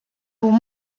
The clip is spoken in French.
pour